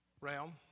realm